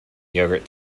yogurt